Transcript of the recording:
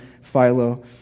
Philo